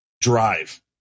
drive